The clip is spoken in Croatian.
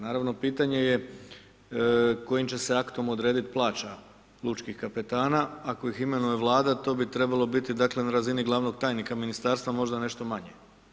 Naravno, pitanje je kojim će se aktom odrediti plaća lučkih kapetana, ako ih imenuje Vlada, to bi trebalo biti dakle na razini glavnog tajnika Ministarstva, možda nešto manje.